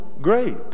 great